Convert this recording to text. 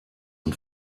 und